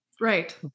Right